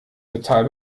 total